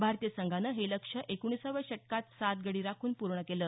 भारतीय संघानं हे लक्ष्य एकोणिसाव्या षटकात सात गडी राखून पूर्ण केलं